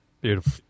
Beautiful